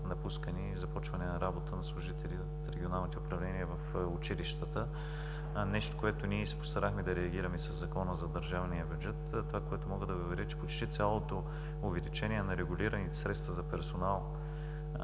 напускане и започване на работа на служители от регионалните управления в училищата – нещо, на което ние се постарахме да реагираме със Закона за държавния бюджет. Това, което мога да Ви уверя, че почти цялото увеличение на регулираните средства за персонал